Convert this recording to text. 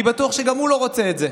אני בטוח שגם הוא לא רוצה את זה.